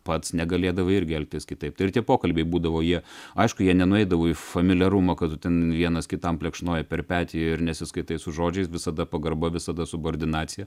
pats negalėdavai irgi elgtis kitaip tai ir tie pokalbiai būdavo jie aišku jie nenueidavo į familiarumą kad tu ten vienas kitam plekšnoja per petį ir nesiskaitai su žodžiais visada pagarba visada subordinacija